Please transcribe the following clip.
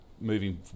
moving